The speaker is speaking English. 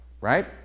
right